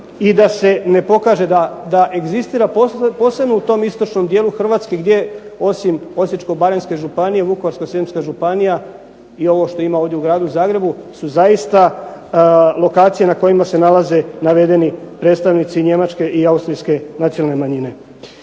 i da se ne pokaže da egzistira posebno u tom istočnom dijelu Hrvatske gdje osim Osječko-baranjske županije, Vukovarsko-srijemska županija i ovo što ima ovdje u Gradu Zagrebu su zaista lokacije na kojima se nalaze navedeni predstavnici njemačke i austrijske nacionalne manjine.